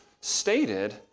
stated